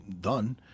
done